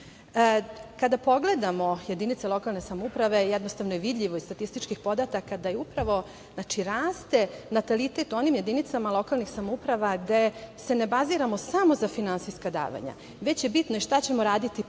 nas. Kada pogledamo jedinice lokalne samouprave, jednostavno je vidljivo iz statističkih podataka da upravo raste natalitet onim jedinicama lokalnih samouprava gde se ne baziramo samo za finansijska davanja, već je bitno i šta ćemo raditi